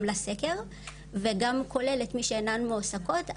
לה סקר וגם כולל את מי שאינן מועסקות,